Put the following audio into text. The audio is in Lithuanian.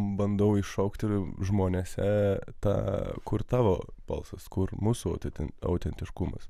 bandau iššaukti žmonėse tą kur tavo balsas kur mūsų auten autentiškumas